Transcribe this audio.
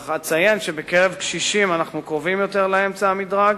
אך אציין שבקרב קשישים אנחנו קרובים יותר לאמצע המדרג,